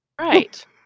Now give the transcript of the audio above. Right